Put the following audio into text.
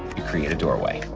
you create a doorway.